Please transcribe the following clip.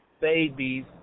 babies